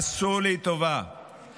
עשו לי טובה,